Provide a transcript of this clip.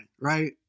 right